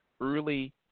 early –